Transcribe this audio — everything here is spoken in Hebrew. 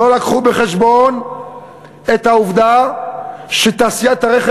לא הביאו בחשבון את העובדה שתעשיית הרכב